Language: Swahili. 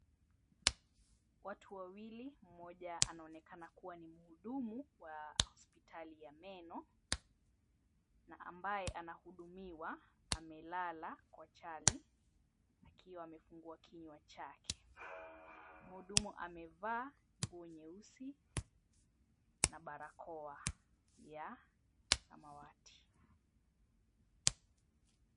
Watu wawili, mmoja anaonekana kuwa ni muhudumu wa hospitali ya meno na ambaye anahudumiwa amelala kwa chali akiwa amefungwa kinywa chake. Muhudumu amevaa nguo nyeusi na barakoa ya samawati.